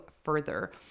further